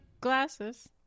glasses